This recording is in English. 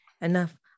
Enough